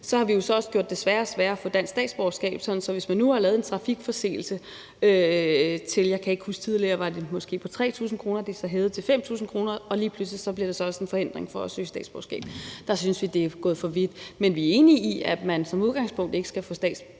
så også har gjort det sværere og sværere at få dansk statsborgerskab. Hvis man nu har lavet en trafikforseelse, lå bøden måske tidligere på 3.000 kr., men er nu hævet til 5.000 kr., og lige pludselig bliver det så også en forhindring for at søge statsborgerskab. Der synes vi, det er gået for vidt, men vi er enige i, at man som udgangspunkt ikke skal få dansk statsborgerskab,